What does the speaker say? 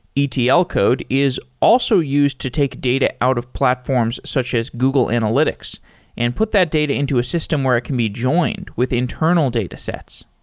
etl code is also used to take data out of platforms such as google analytics and put that data into a system where it can be joined with internal datasets.